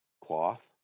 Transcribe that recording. cloth